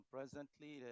Presently